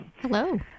Hello